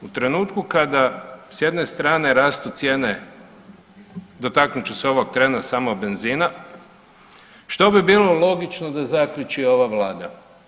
U trenutku kada se jedne strane rastu cijene, dotaknut ću se ovog trena samo benzina, što bi bilo logično da zaključi ova Vlada?